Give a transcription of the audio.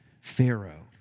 Pharaoh